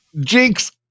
Jinx